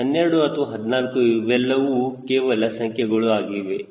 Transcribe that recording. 12 ಅಥವಾ 14 ಇವೆಲ್ಲವೂ ಕೇವಲ ಸಂಖ್ಯೆಗಳ ಆಗಿವೆ